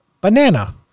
banana